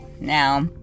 Now